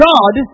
God